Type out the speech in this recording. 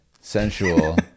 sensual